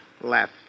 Left